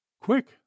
Quick